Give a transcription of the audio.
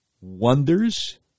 wonders